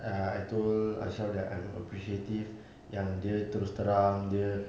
I told ashraf that I'm appreciative yang dia terus terang dia